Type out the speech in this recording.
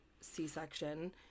c-section